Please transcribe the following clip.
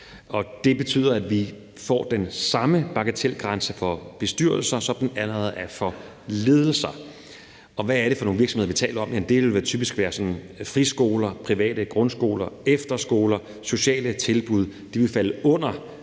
Det betyder, at vi får den samme bagatelgrænse for bestyrelser, som der allerede er for ledelser. Og hvad er det for nogle virksomheder, vi taler om? Det vil typisk være friskoler, private grundskoler, efterskoler og sociale tilbud. De vil falde under